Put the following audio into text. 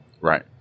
Right